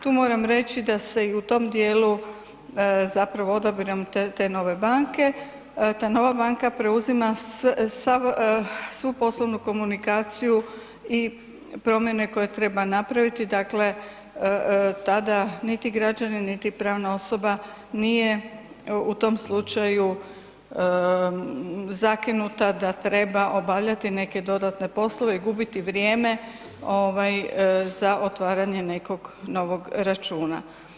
Tu moram reći da se i u tom dijelu zapravo odabirom te, te nove banke, ta nova banka preuzima sav, svu poslovnu komunikaciju i promijene koje treba napraviti, dakle tada niti građani, niti pravna osoba nije u tom slučaju zakinuta da treba obavljati neke dodatne poslove i gubiti vrijeme ovaj za otvaranje nekog novog računa.